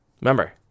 Remember